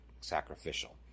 sacrificial